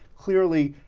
clearly,